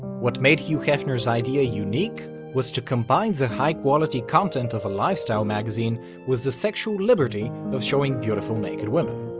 what made hugh hefner's idea unique was to combine the high-quality content of a lifestyle magazine with the sexual liberty of showing beautiful naked women.